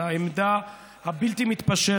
על העמדה הבלתי-מתפשרת